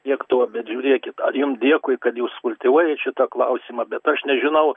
tiek to bet žiūrėkit jum dėkui kad jūs kultivuojat šitą klausimą bet aš nežinau